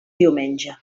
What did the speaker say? diumenge